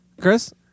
Chris